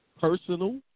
personal